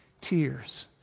tears